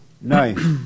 Nice